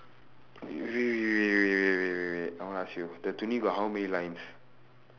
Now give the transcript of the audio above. wait wait wait wait wait wait wait wait I want to ask you the got how many lines